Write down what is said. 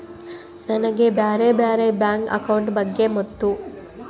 ನನಗೆ ಬ್ಯಾರೆ ಬ್ಯಾರೆ ಬ್ಯಾಂಕ್ ಅಕೌಂಟ್ ಬಗ್ಗೆ ಮತ್ತು?